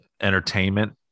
entertainment